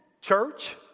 church